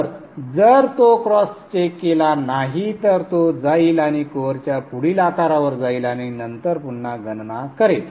तर जर तो क्रॉस चेक केला नाही तर तो जाईल आणि कोअरच्या पुढील आकारावर जाईल आणि नंतर पुन्हा गणना करेल